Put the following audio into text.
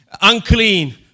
unclean